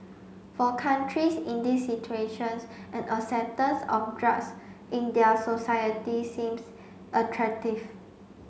for countries in these situations an acceptance of drugs in their societies seems attractive